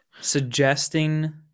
Suggesting